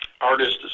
artists